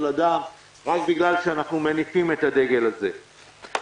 אדם רק בגלל שאנחנו מניפים את הדגל הזה.